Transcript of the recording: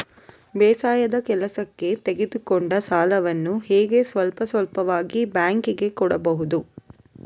ಬೇಸಾಯದ ಕೆಲಸಕ್ಕೆ ತೆಗೆದುಕೊಂಡ ಸಾಲವನ್ನು ಹೇಗೆ ಸ್ವಲ್ಪ ಸ್ವಲ್ಪವಾಗಿ ಬ್ಯಾಂಕ್ ಗೆ ಕೊಡಬಹುದು?